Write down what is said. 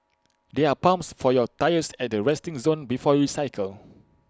there are pumps for your tyres at the resting zone before you cycle